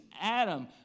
Adam